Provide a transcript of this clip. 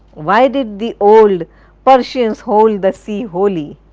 why did the old persians hold the sea holy?